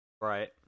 right